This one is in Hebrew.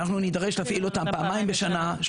היא שאנחנו נצטרך להפעיל אותן פעמיים בשנה,